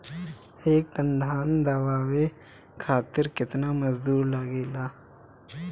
एक टन धान दवावे खातीर केतना मजदुर लागेला?